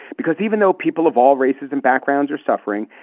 because even though people of all races and backgrounds are suffering,